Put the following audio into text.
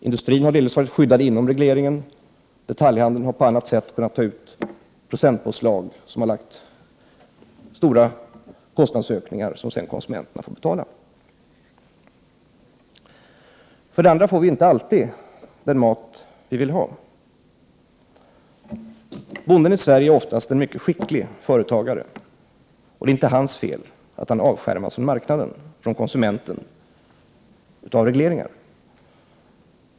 Industrin har delvis varit skyddad inom regleringen, medan detaljhandeln på ett annat sätt har kunnat ta ut kostnader genom procentpåslag, vilket lett till stora kostnadsökningar som konsumenterna sedan får betala. Vi får inte alltid den mat vi vill ha. Den svenske bonden är mycket ofta en skicklig företagare, och det är inte hans fel att han avskärmas från marknaden och konsumenten genom regleringar.